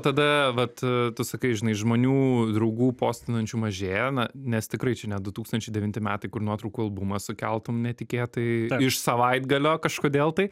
tada vat tu sakai žinai žmonių draugų postinančių mažėja na nes tikrai čia ne du tūkstančiai devinti metai kur nuotraukų albumą sukeltum netikėtai iš savaitgalio kažkodėl tai